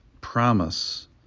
promise